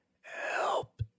help